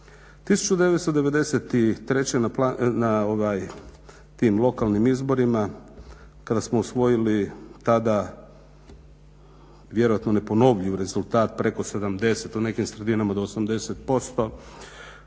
1993. na tim lokalnim izborima kada smo osvojili tada vjerojatno neponovljiv rezultat preko 70, u nekim sredinama do 80%